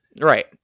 Right